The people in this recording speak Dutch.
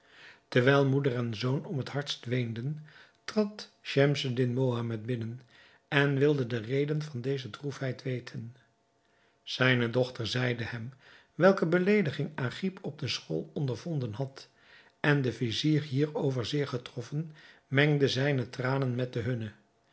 terwijl moeder en zoon om het hardst weenden trad schemseddin mohammed binnen en wilde de reden van deze droefheid weten zijne dochter zeide hem welke beleediging agib op de school ondervonden had en de vizier hierover zeer getroffen mengde zijne tranen met de hunne